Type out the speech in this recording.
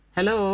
Hello